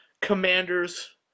Commanders